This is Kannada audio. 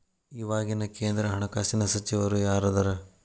ಇವಾಗಿನ ಕೇಂದ್ರ ಹಣಕಾಸಿನ ಸಚಿವರು ಯಾರದರ